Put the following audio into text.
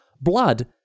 Blood